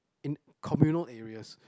in communal areas